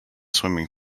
swimming